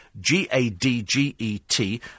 G-A-D-G-E-T